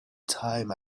time